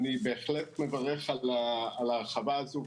אני בהחלט מברך על ההרחבה הזו,